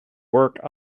work